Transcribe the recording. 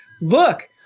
look